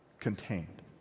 contained